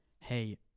Hey